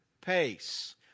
pace